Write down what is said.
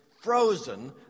frozen